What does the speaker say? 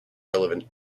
relevant